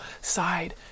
side